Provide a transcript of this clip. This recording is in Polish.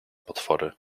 potwory